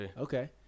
Okay